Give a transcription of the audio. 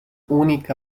única